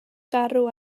garw